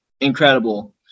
incredible